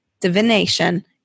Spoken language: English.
divination